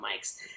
mics